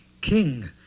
King